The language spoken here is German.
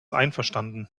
einverstanden